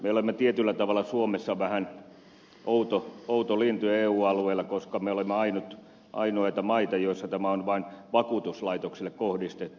me olemme tietyllä tavalla suomessa vähän outo lintu eu alueella koska me olemme ainoita maita joissa tämä on vain vakuutuslaitoksille kohdistettu